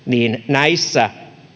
näissä